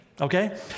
Okay